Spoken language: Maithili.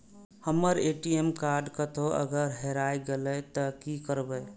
हमर ए.टी.एम कार्ड कतहो अगर हेराय गले ते की करबे?